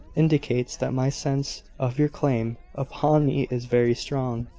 indicates that my sense of your claim upon me is very strong.